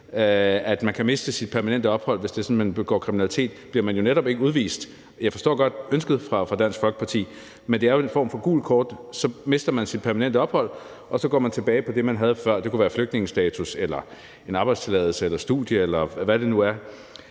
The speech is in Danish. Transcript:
at man kan miste sit permanente ophold, hvis det er sådan, at man begår kriminalitet, bliver man jo netop ikke udvist. Jeg forstår godt ønsket fra Dansk Folkeparti, men det her er vel en form for gult kort. Man mister sit permanente ophold, og så går man tilbage på det, man havde før. Det kunne være flygtningestatus eller en arbejdstilladelse eller studie, eller hvad det nu er.